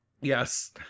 Yes